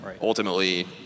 ultimately